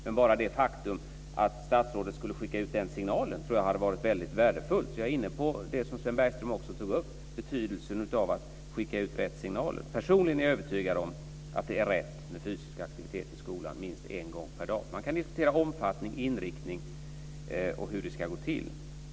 Men bara det faktum att statsrådet skulle skicka ut den signalen tror jag hade varit värdefullt. Så jag är inne på det som Sven Bergström också tog upp, nämligen betydelsen av att skicka ut rätt signaler. Personligen är jag övertygad om att det är rätt med fysisk aktivitet i skolan minst en gång per dag. Man kan diskutera omfattning, inriktning och hur det ska gå till.